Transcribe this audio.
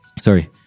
sorry